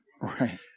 Right